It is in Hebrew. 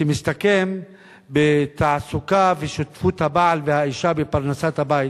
שמסתכם בתעסוקה ושותפות הבעל והאשה בפרנסת הבית,